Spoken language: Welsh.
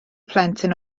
plentyn